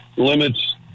limits